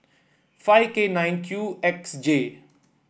five K nine Q X J